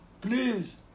please